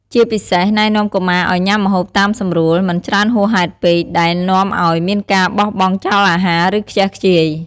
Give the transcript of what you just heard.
ជាពិសេស ណែនាំកុមារឲ្យញ៉ាំម្ហូបតាមសម្រួល មិនច្រើនហួសហេតុពេក ដែលនាំឲ្យមានការបោះបង់ចោលអាហារ ឬខ្ជះខ្ជាយ។